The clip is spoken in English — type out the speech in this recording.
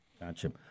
Gotcha